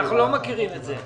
אנחנו לא מכירים את זה.